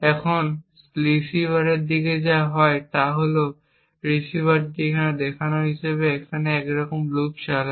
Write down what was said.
এখন রিসিভারের দিকে যা হয় তা হল যে রিসিভারটি এখানে দেখানো হিসাবে একই রকম লুপ চালায়